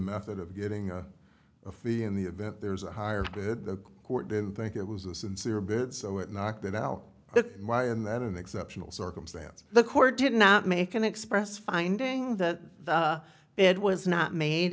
method of getting a fee in the event there's a higher bid the court didn't think it was a sincere bit so it knocked it out of my and then an exceptional circumstance the court did not make an express finding that it was not made